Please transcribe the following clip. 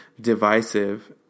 divisive